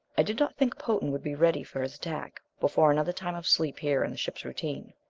i did not think potan would be ready for his attack before another time of sleep here in the ship's routine.